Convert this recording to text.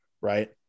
right